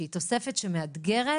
שהיא תוספת שמאתגרת